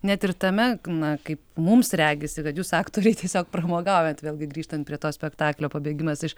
net ir tame na kaip mums regisi kad jūs aktoriai tiesiog pramogaujat vėlgi grįžtant prie to spektaklio pabėgimas iš